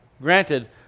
granted